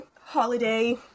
holiday